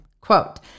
Quote